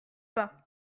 pas